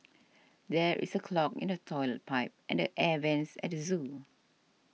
there is a clog in the Toilet Pipe and the Air Vents at the zoo